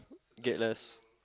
get less